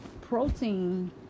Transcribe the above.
protein